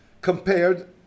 Compared